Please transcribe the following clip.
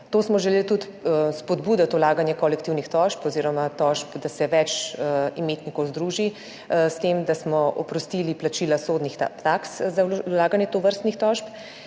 smo tudi spodbuditi vlaganje kolektivnih tožb oziroma tožb, da se več imetnikov združi, s tem, da smo jih oprostili plačila sodnih taks za vlaganje tovrstnih tožb.